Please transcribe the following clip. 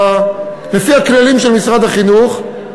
לפי הכללים של משרד החינוך,